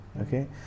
okay